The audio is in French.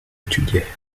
étudiait